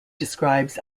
describes